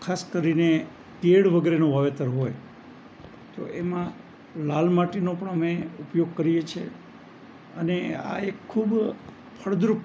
ખાસ કરીને કેડ વગેરેનું વાવેતર હોય તો એમાં લાલ માટીનો પણ અમે ઉપયોગ કરીએ છીએ અને આ એક ખૂબ ફળદ્રુપ